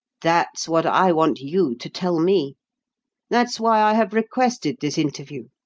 that's what i want you to tell me that's why i have requested this interview.